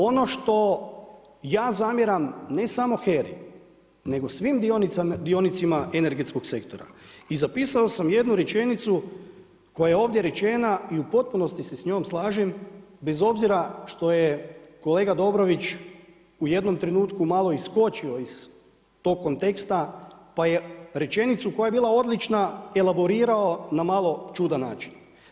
Ono što ja zamjeram ne samo HERA-i nego svim dionicima energetskog sektora i zapisao sam jednu rečenicu koja je ovdje rečena i u potpunosti se s njom slažem bez obzira što je kolega Dobrović u jednom trenutku mali iskočio iz tog konteksta pa je rečenicu koja je bila odlična elaborirao na malo čudan način.